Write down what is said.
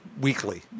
weekly